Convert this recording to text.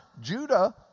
Judah